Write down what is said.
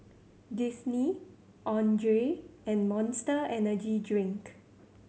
Disney Andre and Monster Energy Drink